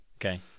Okay